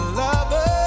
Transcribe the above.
lover